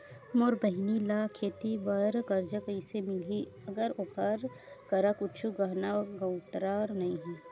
मोर बहिनी ला खेती बार कर्जा कइसे मिलहि, अगर ओकर करा कुछु गहना गउतरा नइ हे?